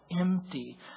empty